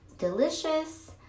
delicious